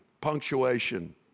punctuation